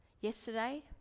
Yesterday